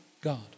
God